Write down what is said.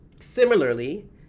similarly